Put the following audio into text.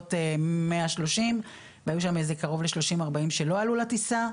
בסביבות 130 והיו שם איזה קרוב ל-30-40 שלא עלו לטיסה,